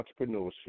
entrepreneurship